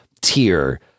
tier